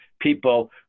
people